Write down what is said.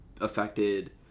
affected